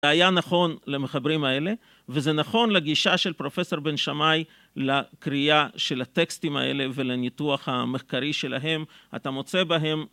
זה היה נכון למחברים האלה וזה נכון לגישה של פרופסור בן שמאי לקריאה של הטקסטים האלה ולניתוח המחקרי שלהם. אתה מוצא בהם